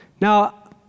Now